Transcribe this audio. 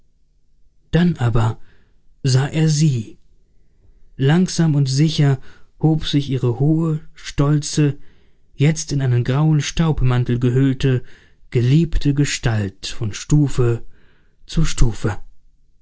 dann aber sah er sie langsam und sicher hob sich ihre hohe stolze jetzt in einen grauen staubmantel gehüllte geliebte gestalt von stufe zu stufe